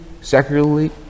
secularly